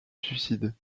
suicide